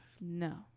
no